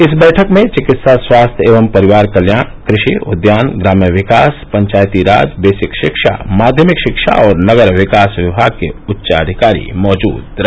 इस बैठक में चिकित्सा स्वास्थ्य एवं परिवार कल्याण कृषि उद्यान ग्राम्य विकास पंचायती राज बेसिक शिक्षा माध्यमिक शिक्षा और नगर विकास विभाग के उच्चाधिकारी मौजूद रहे